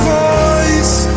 voice